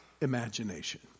imagination